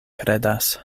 kredas